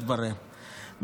התברר,